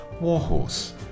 Warhorse